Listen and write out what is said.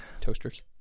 Toasters